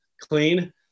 clean